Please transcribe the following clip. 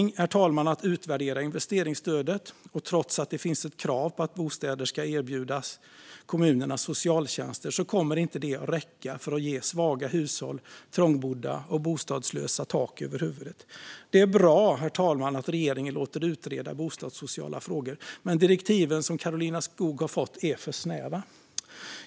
Vi får anledning att utvärdera investeringsstödet. Och trots att det finns ett krav på att bostäder ska erbjudas kommunernas socialtjänster kommer det inte att räcka för att ge svaga hushåll, trångbodda och bostadslösa tak över huvudet. Det är bra att regeringen låter utreda bostadssociala frågor, men direktiven som Karolina Skog har fått är för snäva.